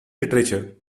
literature